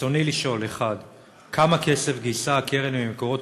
רצוני לשאול: 1. כמה כסף גייסה הקרן ממקורות